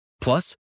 Plus